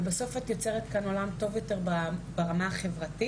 ובסוף את יוצרת כאן עולם טוב יותר ברמה החברתית,